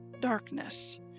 darkness